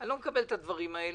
אני לא מקבל את הדברים האלה,